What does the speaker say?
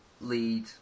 lead